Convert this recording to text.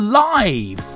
live